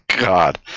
god